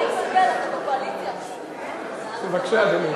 בבקשה, אדוני.